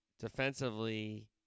defensively